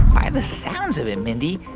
by the sounds of it, mindy,